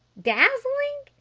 dazzling?